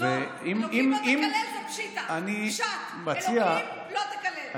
אלוקים לא תקלל זה פשיטא, פשט, אלוקים לא תקלל.